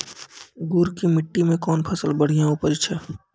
गुड़ की मिट्टी मैं कौन फसल बढ़िया उपज छ?